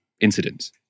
incidents